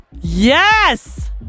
Yes